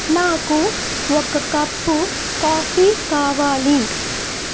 నాకు ఒక cup coffee కావాలి